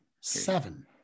seven